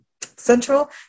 Central